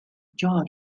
jaw